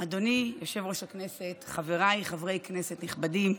אדוני יושב-ראש הישיבה, חבריי חברי הכנסת הנכבדים,